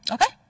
Okay